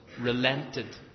relented